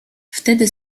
wtedy